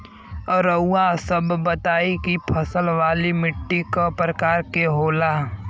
रउआ सब बताई कि फसल वाली माटी क प्रकार के होला?